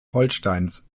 holsteins